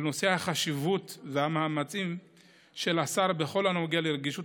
על נושא החשיבות והמאמצים של השר בכל הנוגע לרגישות